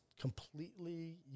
completely